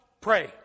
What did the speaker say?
Pray